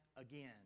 again